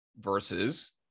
versus